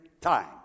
time